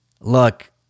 look